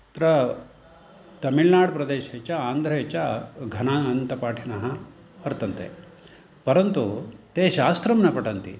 तत्र तमिळुनाड् प्रदेशे च आन्ध्रेच घनान्तपाठिनः वर्तन्ते परन्तु ते शास्त्रं न पठन्ति